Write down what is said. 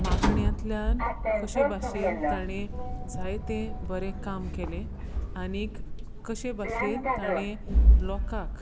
मागण्यांतल्यान कशे भाशेन ताणें जायतें बरें काम केलें आनीक कशे भाशेन ताणें लोकाक